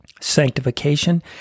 Sanctification